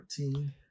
14